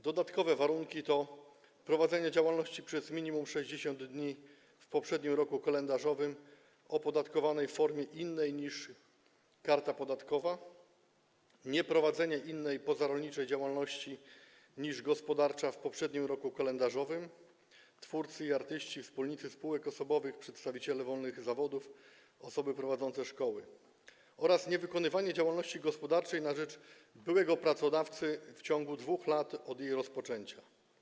Dodatkowe warunki to prowadzenie działalności przez minimum 60 dni w poprzednim roku kalendarzowym w opodatkowanej formie innej niż karta podatkowa, nieprowadzenie innej pozarolniczej działalności niż gospodarcza w poprzednim roku kalendarzowym - twórcy i artyści, wspólnicy spółek osobowych, przedstawiciele wolnych zawodów, osoby prowadzące szkoły - oraz niewykonywanie działalności gospodarczej na rzecz byłego pracodawcy w ciągu 2 lat od jej rozpoczęcia.